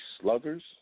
sluggers